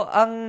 ang